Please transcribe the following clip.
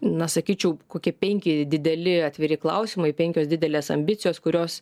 na sakyčiau kokie penki dideli atviri klausimai penkios didelės ambicijos kurios